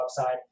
upside